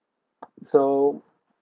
so